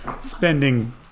spending